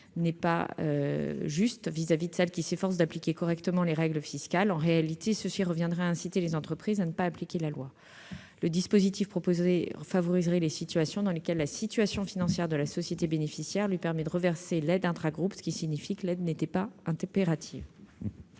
n'est pas juste vis-à-vis de celles qui s'efforcent d'appliquer correctement les règles fiscales. En réalité, cela reviendrait à inciter les entreprises à ne pas appliquer la loi. Le dispositif proposé favoriserait les occurrences dans lesquelles la situation financière de la société bénéficiaire lui permet de reverser l'aide intra-groupe, ce qui signifie dès lors que l'aide n'était pas impérative.